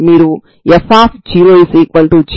కాబట్టి సమీకరణం pxyqyλwy